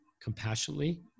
compassionately